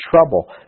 trouble